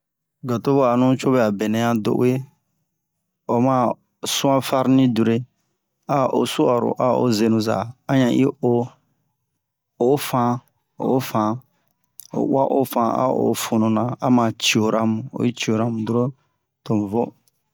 gato wahanu co bɛ a benɛ a do uwe o ma suwan farni dure a o suharo a o senu za a yan ni o ofan ofan oyi uwa ofan a o fununa a ma ciora mu oyi ciora mu dron tomu vo